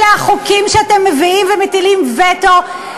אלה החוקים שאתם מביאים ומטילים וטו?